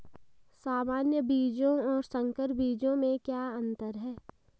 सामान्य बीजों और संकर बीजों में क्या अंतर है?